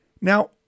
Now